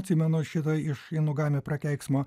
atsimenu šitą iš inugami prakeiksmą